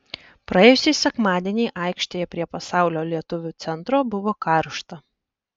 praėjusį sekmadienį aikštėje prie pasaulio lietuvių centro buvo karšta